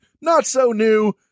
not-so-new